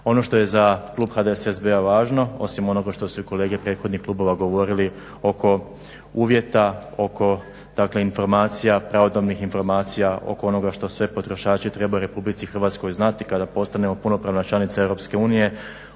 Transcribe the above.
Ono što je za klub HDSSB-a važno osim onoga što su kolege prethodnih klubova govorili oko uvjeta, oko dakle informacija, pravodobnih informacija oko onoga što sve potrošači trebaju RH znati kada postanemo punopravna članica EU. Otvorilo